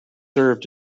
served